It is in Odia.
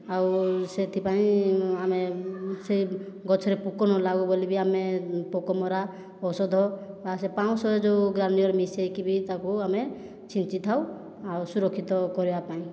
ଆଉ ସେଥିପାଇଁ ଆମେ ସେ ଗଛରେ ପୋକ ନଲାଗୁ ବୋଲି ବି ଆମେ ପୋକ ମରା ଔଷଧ ବା ସେ ପାଉଁଶରେ ଯେଉଁ ମିଶାଇକି ବି ତାକୁ ଆମେ ଛିଞ୍ଚି ଥାଉ ଆଉ ସୁରକ୍ଷିତ କରିବା ପାଇଁ